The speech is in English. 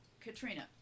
Katrina